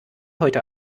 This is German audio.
heute